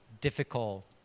difficult